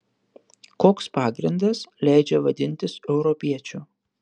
koks pagrindas leidžia vadintis europiečiu